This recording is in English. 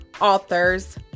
authors